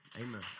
Amen